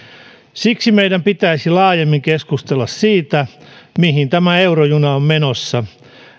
siksi meidän pitäisi laajemmin keskustella siitä mihin tämä eurojuna on menossa